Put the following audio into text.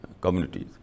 communities